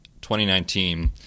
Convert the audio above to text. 2019